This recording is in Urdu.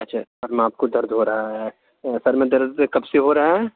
اچھا سر میں آپ کو درد ہو رہا ہے سر میں درد کب سے ہو رہا ہے